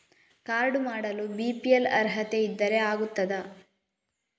Card ಮಾಡಲು BPL ಅರ್ಹತೆ ಇದ್ದರೆ ಆಗುತ್ತದ?